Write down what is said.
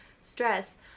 stress